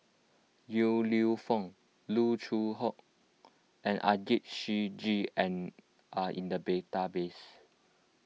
Yong Lew Foong Loo Choon Yong and Ajit Singh Gill and are in the database